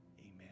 amen